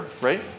right